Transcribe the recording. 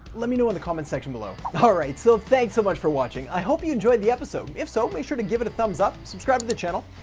let me know in the comment section below. alright, so thanks so much for watching. i hope you enjoyed the episode. if so, make sure to give it a thumbs up. subscribe to the channel,